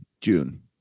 June